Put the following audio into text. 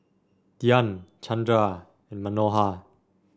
Dhyan Chandra and Manohar